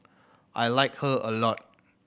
I like her a lot